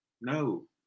No